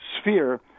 sphere